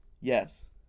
yes